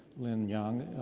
lynn young,